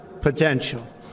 potential